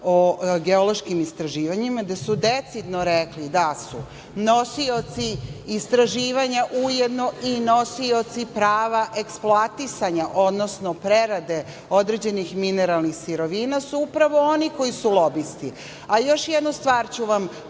o geološkim istraživanjima, gde su decidno rekli da su nosioci istraživanja ujedno i nosioci prava eksploatisanja, odnosno prerade određenih mineralnih sirovina, su upravo oni koji su lobisti. Još jednu stvar ću potkrepiti